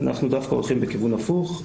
אנחנו דווקא הולכים לכיוון הפוך,